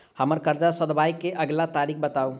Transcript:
हम्मर कर्जा सधाबई केँ अगिला तारीख बताऊ?